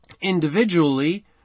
individually